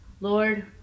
Lord